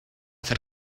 hacer